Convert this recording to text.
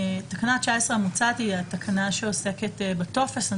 תקנה 19 המוצעת היא התקנה שעוסקת בטופס.